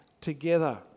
together